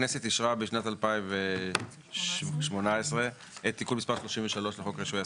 הכנסת אישרה בשנת 2018 את תיקון מספר 33 לחוק רישוי עסקים,